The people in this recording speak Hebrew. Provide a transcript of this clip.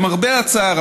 למרבה הצער,